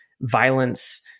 violence